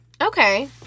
Okay